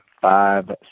five